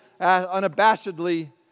unabashedly